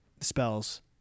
spells